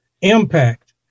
impact